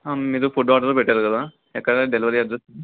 మీరు food order పెట్టారు కదా ఎక్కడ డెలివరీ అడ్రస్